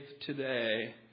today